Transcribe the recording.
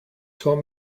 told